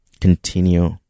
continue